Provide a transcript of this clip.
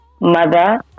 mother